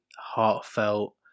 heartfelt